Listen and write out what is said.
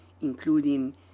including